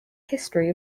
history